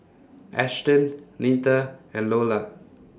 Ashton Neta and Iola